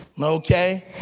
okay